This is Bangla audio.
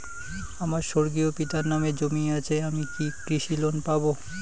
আমার স্বর্গীয় পিতার নামে জমি আছে আমি কি কৃষি লোন পাব?